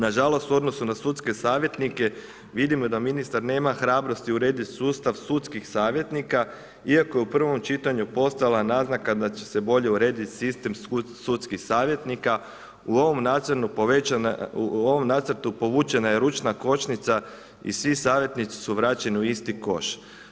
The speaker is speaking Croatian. Nažalost, u odnosu na sudske savjetnike vidimo da ministar nema hrabrosti uredit sustav sudskih savjetnika iako je u prvom čitanju postala naznaka da će se bolje urediti sistem sudskih savjetnika u ovom nacrtu povučena je ručna kočnica i svi savjetnici su vraćeni u isti koš.